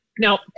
Now